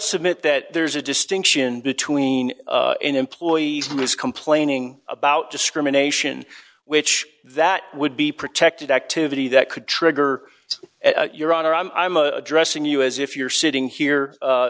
submit that there's a distinction between employees and is complaining about discrimination which that would be protected activity that could trigger your honor i'm a dressing you as if you're sitting here